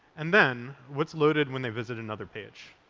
and then, what's loaded when they visit another page?